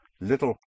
little